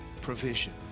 provision